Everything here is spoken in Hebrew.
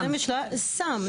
סם,